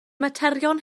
materion